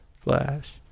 flash